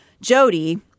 Jody